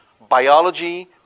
biology